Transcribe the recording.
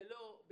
כל